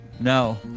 No